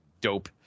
dope